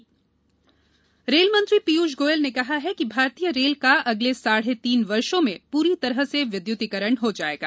rail मंत्री गोयल रेलमंत्री पीयूष गोयल ने कहा है कि भारतीय रेल का अगले साढ़े तीन वर्षो में पूरी तरह से विद्युतिकरण हो जाएगा